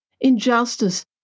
injustice